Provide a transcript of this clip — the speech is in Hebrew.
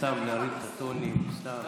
סתם להרים את הטונים, סתם.